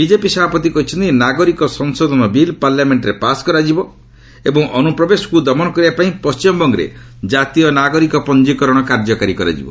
BJP ସଭାପତି କହିଛନ୍ତି ନାଗରିକ ସଂଶୋଧନ ବିଲ୍ ପାର୍ଲାମେଣ୍ଟରେ ପାସ୍ କରାଯିବ ଏବଂ ଅନୁପ୍ରବେଶକୁ ଦମନ କରିବା ପାଇଁ ପଣ୍ଟିମବଙ୍ଗରେ ଜାତୀୟ ନାଗରିକ ପଞ୍ଚିକରଣ କାର୍ଯ୍ୟକାରୀ କରାଯିବ